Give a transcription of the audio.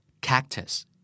Cactus